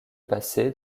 pacé